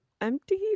empty